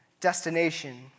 destination